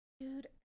Dude